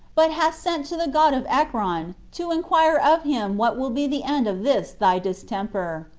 but hast sent to the god of ekron to inquire of him what will be the end of this thy distemper,